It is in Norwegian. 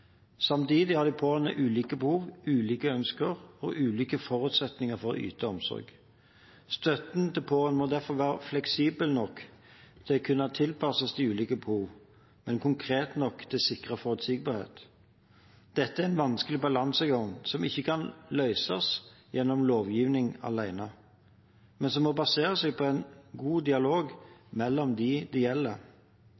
Samtidig har de pårørende ulike behov, ulike ønsker og ulike forutsetninger for å yte omsorg. Støtten til pårørende må derfor være fleksibel nok til å kunne tilpasses de ulike behov, men konkret nok til å sikre forutsigbarhet. Dette er en vanskelig balansegang, som ikke kan løses gjennom lovgivning alene, men som må baseres på en dialog